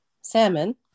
salmon